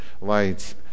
lights